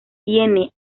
tiene